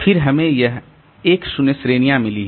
फिर हमें यह 1 0 श्रेणियां मिली हैं